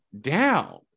down